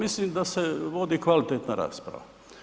Pa mislim da se vodi kvalitetna rasprava.